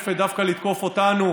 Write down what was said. אנחנו שמענו אותה היטב.